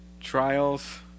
Trials